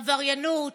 עבריינות,